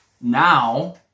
now